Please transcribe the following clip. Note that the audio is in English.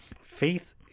faith